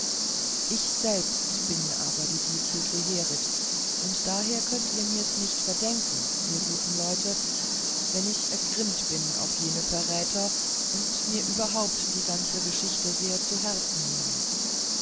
ich selbst bin aber die distel zeherit und eben daher könnet ihr mir's nicht verdenken ihr guten leute wenn ich ergrimmt bin auf jene verräter und mir überhaupt die ganze geschichte gar sehr zu herzen nehme